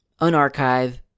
unarchive